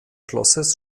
schlosses